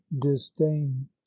disdain